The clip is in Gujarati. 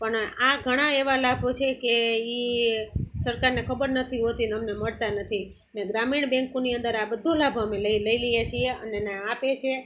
પણ આ ઘણાં એવાં લાભો છે કે એ સરકારને ખબર નથી હોતીને અમને મળતા નથી ને ગ્રામીણ બેન્કોની અંદર આ બધો લાભ અમે લઈ લઈએ છીએ અને એને આપે છે